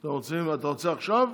אתה רוצה עכשיו?